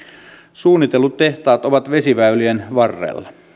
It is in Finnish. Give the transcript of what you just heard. suunnitellut tehtaat ovat vesiväylien varrella